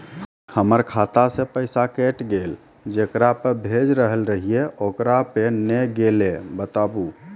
हमर खाता से पैसा कैट गेल जेकरा पे भेज रहल रहियै ओकरा पे नैय गेलै बताबू?